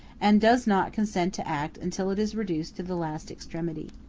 and does not consent to act until it is reduced to the last extremity.